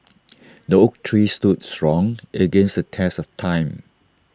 the oak tree stood strong against the test of time